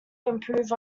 improve